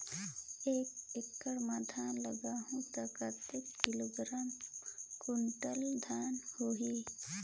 एक एकड़ मां धान लगाहु ता कतेक किलोग्राम कुंटल धान होही?